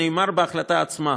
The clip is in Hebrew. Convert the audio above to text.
נאמר בהחלטה עצמה,